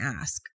ask